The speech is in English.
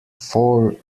four